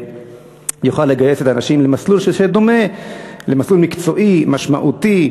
יוכל לגייס את האנשים למסלול שדומה למסלול מקצועי משמעותי,